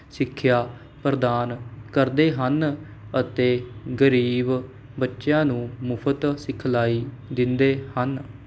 ਸਿੱਖਿਆ ਪ੍ਰਦਾਨ ਕਰਦੇ ਹਨ ਅਤੇ ਗਰੀਬ ਬੱਚਿਆਂ ਨੂੰ ਮੁਫਤ ਸਿਖਲਾਈ ਦਿੰਦੇ ਹਨ